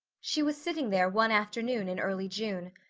she was sitting there one afternoon in early june.